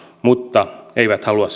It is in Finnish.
mutta eivät halua